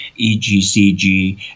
EGCG